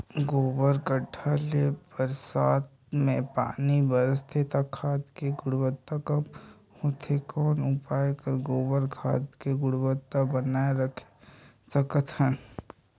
गोबर गढ्ढा ले बरसात मे पानी बहथे त खाद के गुणवत्ता कम होथे कौन उपाय कर गोबर खाद के गुणवत्ता बनाय राखे सकत हन?